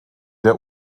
der